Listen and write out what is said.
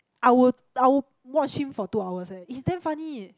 I will I will watch him for two hours eh is damn funny